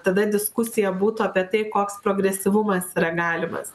tada diskusija būtų apie tai koks progresyvumas yra galimas